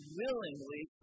willingly